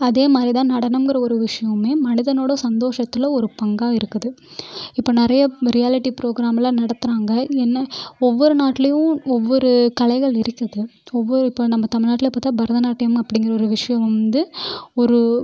அதே மாதிரி தான் நடனம்கிற ஒரு விஷயமுமே மனிதனோட சந்தோஷத்தில் ஒரு பங்காக இருக்குது இப்போ நிறையா ரியாலிட்டி ப்ரோக்ராமெலாம் நடத்துறாங்க என்ன ஒவ்வொரு நாட்டிலியும் ஒவ்வொரு கலைகள் இருக்குது ஒவ்வொரு இப்போ நம்ம தமிழ்நாட்டில் பார்த்தா பரதநாட்டியம் அப்படிங்கிற ஒரு விஷயம் வந்து ஒரு